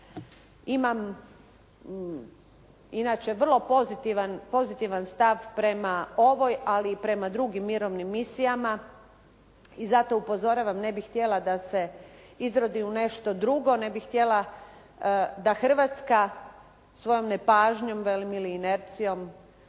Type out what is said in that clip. Imam inače vrlo pozitivan stav prema ovoj, ali i prema drugim mirovnim misijama. I zato upozoravam ne bih htjela da se izrodi u nešto drugo, ne bih htjela da Hrvatska svojom nepažnjom velim ili inercijom